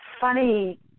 funny